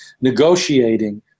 negotiating